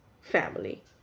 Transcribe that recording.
family